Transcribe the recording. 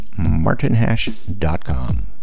martinhash.com